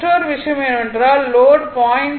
மற்றொரு விஷயம் என்னவென்றால் லோட் 0